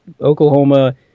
Oklahoma